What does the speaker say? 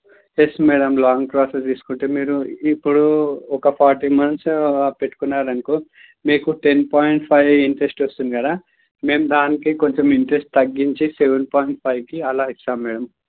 yes madam long process తీసుకుంటే మీరు ఇప్పుడు ఒక ఫార్టీ మంత్స్ పెట్టుకున్నారు అనుకో మీకు టెన్ పాయింట్ ఫైవ్ ఇంట్రస్ట్ వస్తుంది కదా మేము దానికి కొంచెం ఇంట్రస్ట్ తగ్గించి సెవెన్ పాయింట్ ఫైవ్కి అలా ఇస్తాం మేడమ్